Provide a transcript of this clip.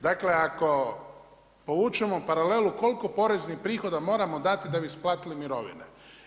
Dakle ako povučemo paralelu koliko poreznih prihoda moramo dati da bismo isplatili mirovine.